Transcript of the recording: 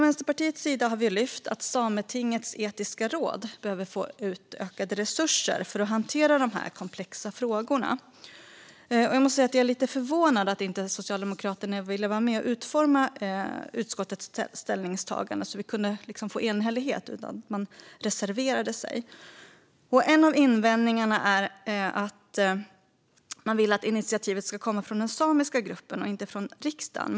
Vänsterpartiet har därför lyft upp att Sametingets etiska råd behöver få ökade resurser för att hantera dessa komplexa frågor. Jag är lite förvånad över att Socialdemokraterna inte ville vara med och utforma utskottets ställningstagande utan reserverade sig. En invändning var att initiativet ska komma från den samiska gruppen, inte från riksdagen.